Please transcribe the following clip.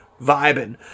vibing